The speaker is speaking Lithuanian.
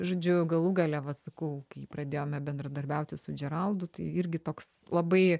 žodžiu galų gale vat sakau kai pradėjome bendradarbiauti su džeraldu tai irgi toks labai